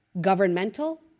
governmental